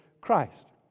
Christ